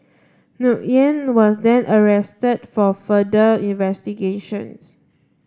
Nguyen was then arrested for further investigations